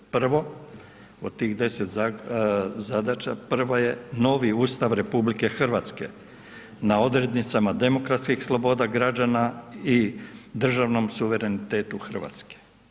Prvo od tih 10 zadaća, prva je novi Ustav RH na odrednicama demokratskih sloboda građana i državnom suverenitetu RH.